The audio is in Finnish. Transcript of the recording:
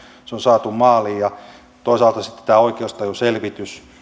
se on saatu maaliin toisaalta sitten tämä oikeustajuselvitys